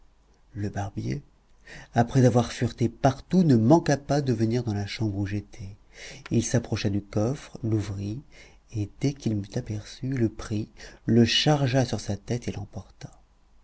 le barbier après avoir fureté partout ne manqua pas de venir dans la chambre où j'étais il s'approcha du coffre l'ouvrit et dès qu'il m'eut aperçu le prit le chargea sur sa tête et l'emporta